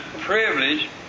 privilege